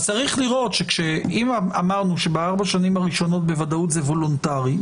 אז אם אמרנו שבארבע השנים הראשונות בוודאות זה וולונטרי,